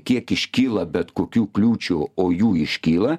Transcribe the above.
kiek iškyla bet kokių kliūčių o jų iškyla